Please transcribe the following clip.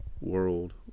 world